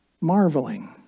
marveling